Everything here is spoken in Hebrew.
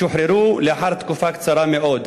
הם שוחררו לאחר תקופה קצרה מאוד.